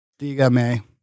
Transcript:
digame